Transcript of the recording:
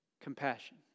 Compassion